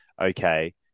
okay